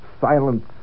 silence